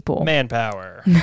manpower